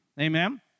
Amen